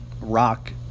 rock